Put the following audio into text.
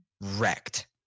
wrecked